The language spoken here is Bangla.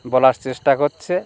বলার চেষ্টা করছে